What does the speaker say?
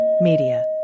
Media